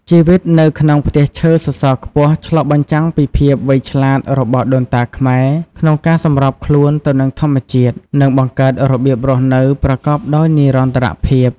ជីវិតនៅក្នុងផ្ទះឈើសសរខ្ពស់ឆ្លុះបញ្ចាំងពីភាពវៃឆ្លាតរបស់ដូនតាខ្មែរក្នុងការសម្របខ្លួនទៅនឹងធម្មជាតិ និងបង្កើតរបៀបរស់នៅប្រកបដោយនិរន្តរភាព ។